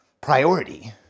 Priority